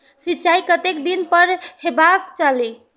सिंचाई कतेक दिन पर हेबाक चाही?